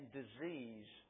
disease